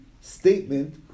statement